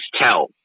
tell